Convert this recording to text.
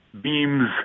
beams